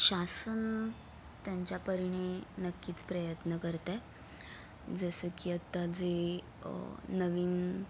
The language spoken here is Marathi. शासन त्यांच्या परीने नक्कीच प्रयत्न करतं आहे जसं की आत्ता जे नवीन